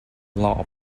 law